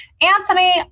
Anthony